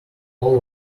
all